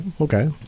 okay